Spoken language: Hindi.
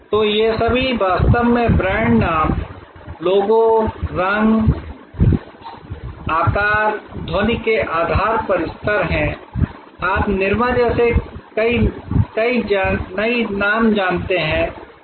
तो ये सभी वास्तव में ब्रांड नाम लोगो रंग आकार ध्वनि के आधार स्तर पर हैं आप निरमा जैसे कई जानते हैं